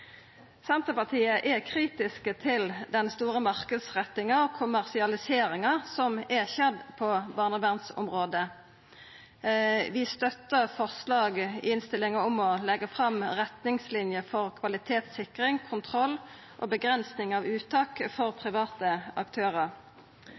Senterpartiet er kritisk til den store marknadsrettinga og kommersialiseringa som er skjedd på barnevernsområdet. Vi støttar forslaget i innstillinga om å leggja fram retningslinjer for kvalitetssikring, kontroll og avgrensingar av uttak for